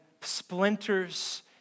splinters